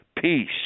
peace